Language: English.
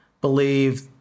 believe